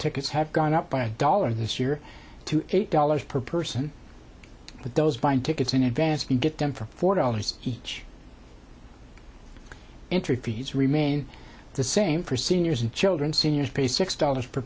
tickets have gone up by a dollar this year to eight dollars per person but those buying tickets in advance can get them for four dollars each entry fees remain the same for seniors and children seniors pay six dollars per